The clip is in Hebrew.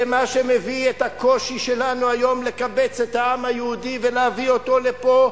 זה מה שמביא את הקושי שלנו היום לקבץ את העם היהודי ולהביא אותו לפה,